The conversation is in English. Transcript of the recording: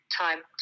time